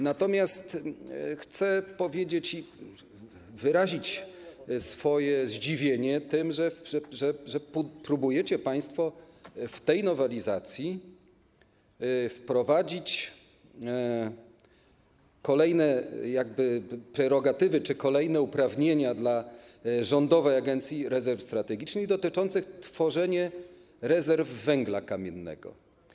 Natomiast chcę powiedzieć, wyrazić swoje zdziwienie tym, że próbujecie państwo w tej nowelizacji wprowadzić kolejne prerogatywy czy kolejne uprawnienia dla Rządowej Agencji Rezerw Strategicznych dotyczące tworzenia rezerw węgla kamiennego.